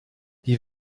die